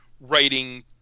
writing